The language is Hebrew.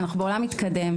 אנחנו בעולם מתקדם,